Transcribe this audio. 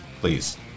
please